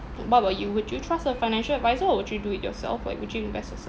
what about you would you trust a financial adviser or would you do it yourself like would you invest yourself